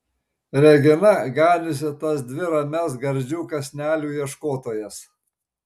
regina ganiusi tas dvi ramias gardžių kąsnelių ieškotojas